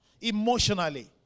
emotionally